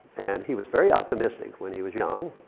and he was very optimistic when he was young,